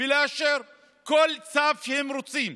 ולאשר כל צו שהם רוצים.